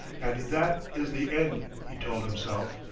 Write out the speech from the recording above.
and that is the end! he told himself,